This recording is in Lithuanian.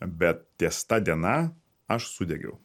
bet ties ta diena aš sudegiau